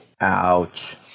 Ouch